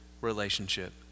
relationship